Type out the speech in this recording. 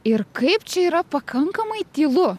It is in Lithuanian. ir kaip čia yra pakankamai tylu